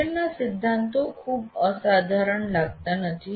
શિક્ષણના સિદ્ધાંતો ખૂબ અસાધારણ લાગતા નથી